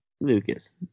Lucas